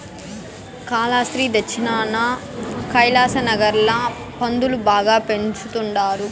కాలాస్త్రి దచ్చినాన కైలాసనగర్ ల పందులు బాగా పెంచతండారు